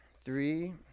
three